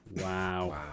Wow